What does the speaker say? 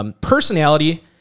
Personality